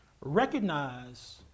Recognize